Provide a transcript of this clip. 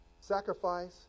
sacrifice